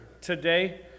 today